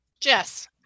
Jess